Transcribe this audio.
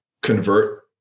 convert